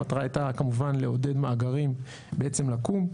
המטרה הייתה כמובן לעודד מאגרים בעצם לקום,